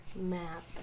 map